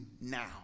now